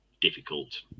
difficult